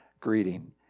greeting